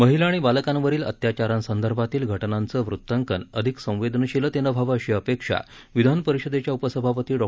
महिला आणि बालकांवरील अत्याचारासंदर्भातील घटनांचे वृत्तांकन अधिक संवेदनशीलतेने व्हावे अशी अपेक्षा विधानपरिषदेच्या उपसभापती डॉ